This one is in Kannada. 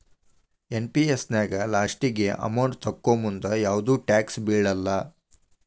ಎನ್.ಪಿ.ಎಸ್ ನ್ಯಾಗ ಲಾಸ್ಟಿಗಿ ಅಮೌಂಟ್ ತೊಕ್ಕೋಮುಂದ ಯಾವ್ದು ಟ್ಯಾಕ್ಸ್ ಬೇಳಲ್ಲ